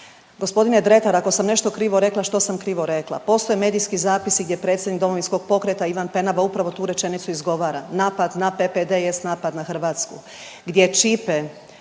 Gospodine Dretar ako sam nešto krivo rekla, što sam krivo rekla? Postoje medijski zapisi gdje predsjednik Domovinskog pokreta Ivan Penava upravo tu rečenicu izgovara. Napad na PPD jest napad na Hrvatsku,